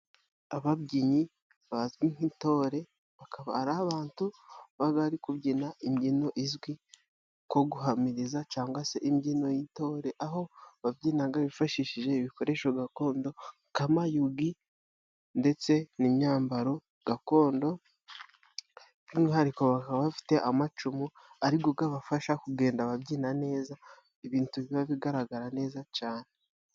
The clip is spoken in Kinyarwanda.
Ababyinnyi bazwi nk'ntore bakaba ari abantu baba bari kubyina imbyino izwi nko guhamiriza cyangwa se imbyino y'intore ,aho babyina bifashishije ibikoresho gakondo, nk amayugi ndetse n'imyambaro gakondo by'umwihariko bakaba bafite amacumu ariyo abafasha kugenda babyinyina neza, ibintu biba bigaragara neza cyane.